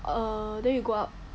err then you go up